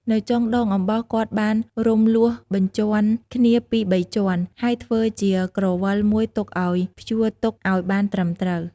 នៅចុងដងអំបោស គាត់បានរំលួសបញ្ជាន់គ្នាពីរបីជាន់ ហើយធ្វើជាក្រវិលមួយទុកឲ្យព្យួរទុកអោយបានត្រឹមត្រូវ។